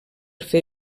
fer